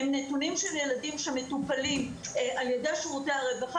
הם נתונים של ילדים שמטופלים על-ידי שירותי הרווחה.